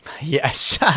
Yes